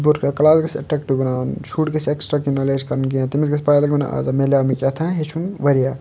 یہ چھ بُرٕ کتھ کٕلاس گژھِ ایٹنٹیٛوٗ بَناوُن شُر گَژھِ ایکٕسٹرٛا کیٚنٛہہ نالیج کَرُن گین تٔمِس گژھِ پَے لَگُن نہَ اَز میلیٛاو مےٚ کیٛاہتھانۍ ہیٚچھُن واریاہ